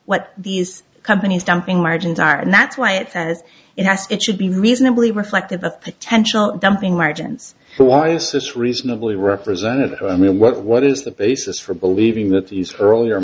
what these companies dumping margins are and that's why it says it has it should be reasonably reflective of potential dumping margins who are less reasonably representative i mean what what is the basis for believing that these earlier